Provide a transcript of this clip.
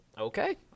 Okay